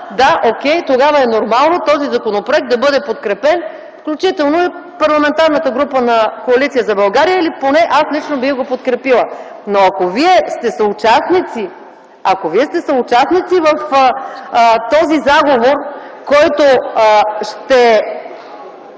Да, ОК, тогава е нормално този законопроект да бъде подкрепен, включително и от Парламентарната група на Коалиция за България или поне лично аз бих го подкрепила. Ако вие сте съучастници в този заговор, който ще